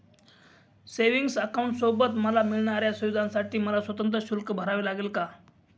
Savings अकाउंटसोबत मला मिळणाऱ्या सुविधांसाठी मला स्वतंत्र शुल्क भरावे लागेल का?